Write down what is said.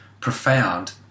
profound